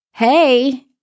Hey